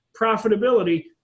profitability